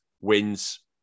wins